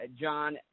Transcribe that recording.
John